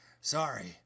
Sorry